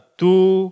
two